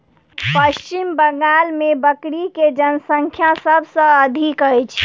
पश्चिम बंगाल मे बकरी के जनसँख्या सभ से अधिक अछि